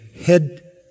head